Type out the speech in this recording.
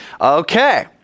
Okay